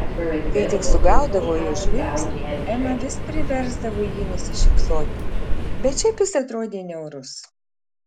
kai tik sugaudavo jo žvilgsnį ema vis priversdavo jį nusišypsoti bet šiaip jis atrodė niaurus